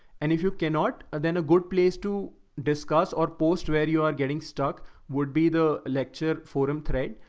and if you cannot ah then a good place to discuss or post where you are getting stuck would be the lecture forum thread.